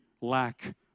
lack